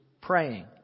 praying